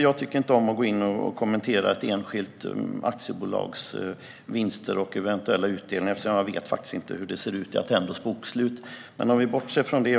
Jag tycker inte om att kommentera ett enskilt aktiebolags vinster och eventuella utdelningar, och jag vet inte hur det ser ut i Attendos bokslut. Men vi kan bortse från det.